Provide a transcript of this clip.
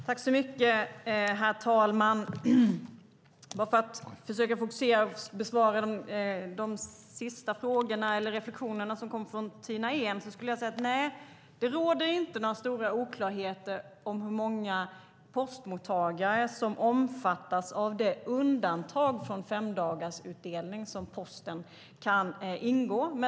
Herr talman! För att försöka besvara de sista frågorna och bemöta reflexionerna från Tina Ehn skulle jag vilja säga: Nej, det råder inte några stora oklarheter om hur många postmottagare som omfattas av undantaget från femdagarsutdelning av posten.